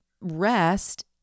rest